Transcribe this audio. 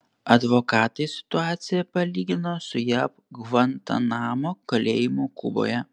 advokatai situaciją palygino su jav gvantanamo kalėjimu kuboje